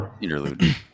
Interlude